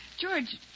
George